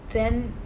then